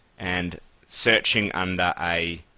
and searching under a